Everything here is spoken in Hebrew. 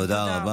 תודה רבה.